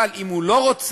אבל אם הוא לא רוצה